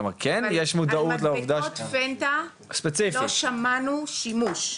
כן יש מודעות לעובדה ש על מדבקות FENTA לא שמענו שימוש,